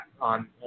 on